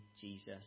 Jesus